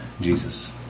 Jesus